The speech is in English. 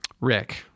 rick